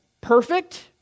perfect